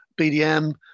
bdm